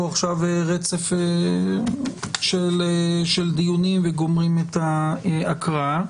עכשיו רצף של דיונים וגומרים את ההקראה,